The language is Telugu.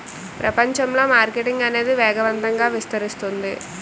ప్రపంచంలో మార్కెటింగ్ అనేది వేగవంతంగా విస్తరిస్తుంది